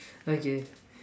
okay